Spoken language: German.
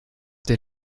der